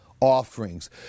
offerings